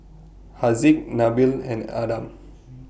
Haziq Nabil and Adam